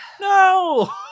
no